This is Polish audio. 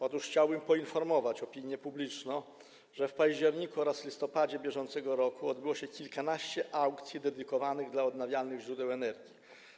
Otóż chciałbym poinformować opinię publiczną, że w październiku oraz listopadzie br. odbyło się kilkanaście aukcji dedykowanych odnawialnym źródłom energii.